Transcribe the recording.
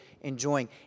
enjoying